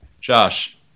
Josh